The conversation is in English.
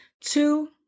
Two